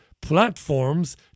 platforms